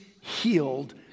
healed